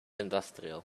industrial